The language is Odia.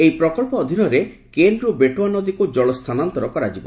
ଏହି ପ୍ରକଳ୍ପ ଅଧୀନରେ କେନରୁ ବେଟୁଆ ନଦୀକୁ ଜଳସ୍ଥାନାନ୍ତର କରାଯିବ